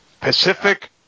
Pacific